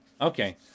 Okay